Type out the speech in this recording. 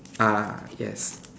ah yes